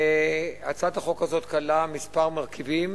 והצעת החוק הזו כללה כמה מרכיבים,